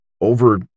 over